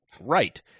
Right